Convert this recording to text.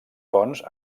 fonts